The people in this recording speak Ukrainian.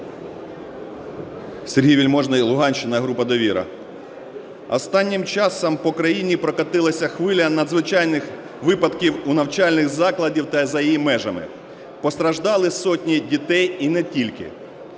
Сергій Вельможний, Луганщина, група "Довіра". Останнім часом по країні прокотилася хвиля надзвичайних випадків у навчальних закладах та за їх межами, постраждали сотні дітей і не тільки.